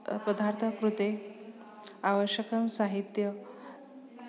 पदार्थकृते आवश्यकं साहित्यं